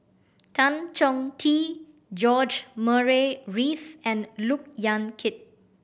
Tan Chong Tee George Murray Reith and Look Yan Kit